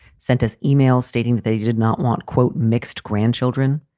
sent us emails stating that they did not want, quote, mixed grandchildren.